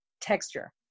texture